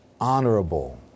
honorable